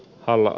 hannah